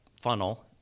funnel